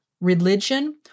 religion